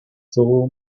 soul